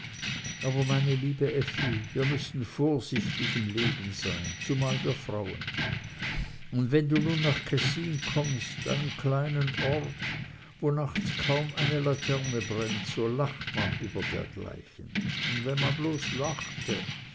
aber meine liebe effi wir müssen vorsichtig im leben sein und zumal wir frauen und wenn du nun nach kessin kommst einem kleinen ort wo nachts kaum eine laterne brennt so lacht man über dergleichen und wenn man bloß lachte